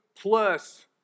plus